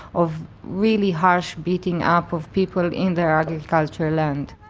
of really harsh beating-up of people in their agriculture land.